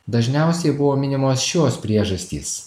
dažniausiai buvo minimos šios priežastys